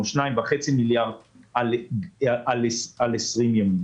או 2.5 מיליארד ש"ח ל-20 ימים.